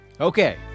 Okay